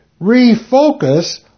Refocus